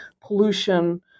pollution